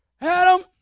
Adam